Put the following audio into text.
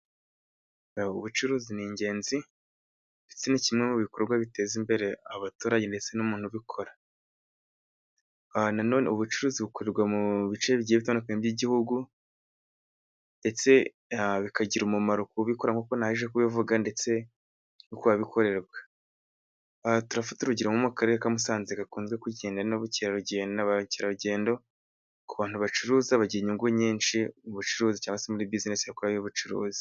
Ubucuruzi ni ingenzi，ndetse ni kimwe mu bikorwa biteza imbere abaturage ndetse n'umuntu ubikora. Na none ubucuruzi bukorerwa mu bice bigiye bitandukanye by'gihugu， ndetse bikagira umuro ku bikora nk'uko naje kubivuga，ndetse no ku babikorerwa. Turafata urugero nko mu karere ka Musanze gakunze kugenda n'abakerarugendo， ku bantu bacuruza bagira inyungu nyinshi，mu bucuruzi cyangwa se muri bisinesi bakora y'ubucuruzi.